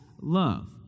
love